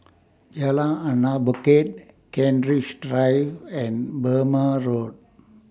Jalan Anak Bukit Kent Ridge Drive and Burmah Road